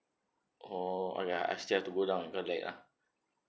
orh okay I still have to go down ah